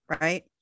right